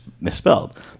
misspelled